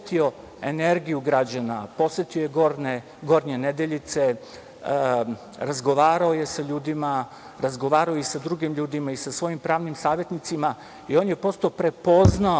energiju građana. Posetio je Gornje Nedeljice, razgovarao je sa ljudima, razgovarao je i sa drugim ljudima i sa svojim pravnim savetnicima. On je prosto prepoznao,